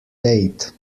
date